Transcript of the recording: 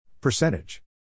Percentage